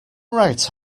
right